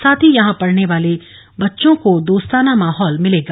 साथ ही यहां पढने वाले बच्चों को दोस्ताना माहौल मिलेगा